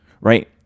right